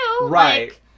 Right